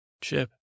Chip